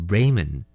Raymond